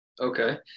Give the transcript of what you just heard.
okay